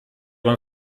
aber